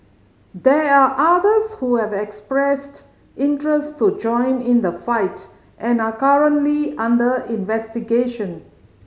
there are others who have expressed interest to join in the fight and are currently under investigation